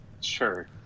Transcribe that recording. sure